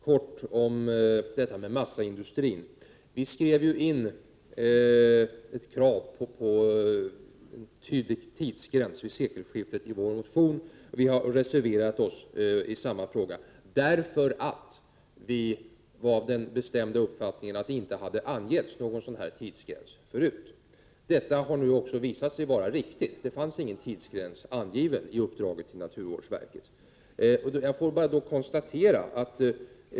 Herr talman! Helt kort något om massaindustrin. I vår motion finns krav på en tydlig tidsgräns vid sekelskiftet. Vi har dessutom följt upp motionen med en reservation på den punkten. Vi var nämligen av den bestämda uppfattningen att någon tidsgräns inte hade angetts. Senare har detta också visat sig vara riktigt. I uppdraget till naturvårdsverket angavs nämligen inte någon tidsgräns.